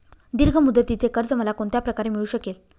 दीर्घ मुदतीचे कर्ज मला कोणत्या प्रकारे मिळू शकेल?